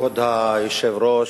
כבוד היושב-ראש,